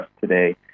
today